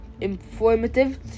informative